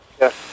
Yes